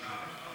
סגן השר,